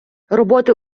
роботи